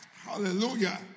Hallelujah